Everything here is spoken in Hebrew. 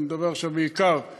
ואני מדבר עכשיו בעיקר אל